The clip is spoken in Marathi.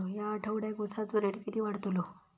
या आठवड्याक उसाचो रेट किती वाढतलो?